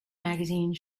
magazine